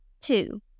Two